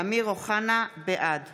בעד